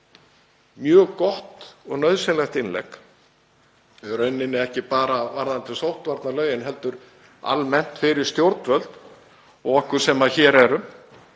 mjög gott og nauðsynlegt innlegg, í rauninni ekki bara varðandi sóttvarnalögin heldur almennt fyrir stjórnvöld og okkur sem hér erum,